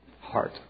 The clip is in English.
heart